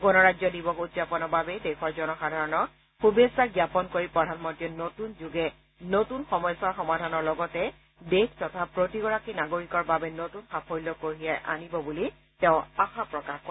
গণৰাজ্য দিৱস উদযাপনৰ বাবে দেশৰ জনসাধাৰণক শুভেচ্ছা জ্ঞাপন কৰি প্ৰধানমন্ত্ৰীয়ে নতুন যুগে নতুন সমস্যা সমাধানৰ লগতে দেশ তথা প্ৰতিগৰাকী নাগৰিকৰ বাবে নতুন সাফল্য কঢ়িয়াই আনিব বুলি তেওঁ আশা প্ৰকাশ কৰে